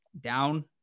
down